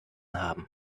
haben